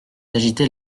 d’agiter